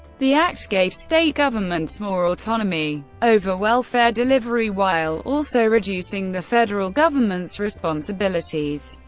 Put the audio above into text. the act gave state governments more autonomy over welfare delivery, while also reducing the federal government's responsibilities.